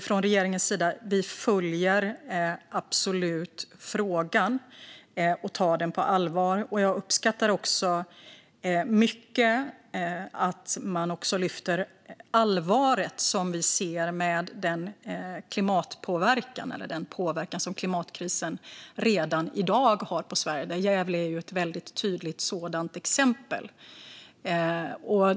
Från regeringens sida följer vi absolut frågan och tar den på allvar. Jag uppskattar mycket att man lyfter det allvar som vi ser i och med den klimatpåverkan detta har och den påverkan som klimatkrisen redan i dag har på Sverige. Gävle är ett tydligt sådant exempel.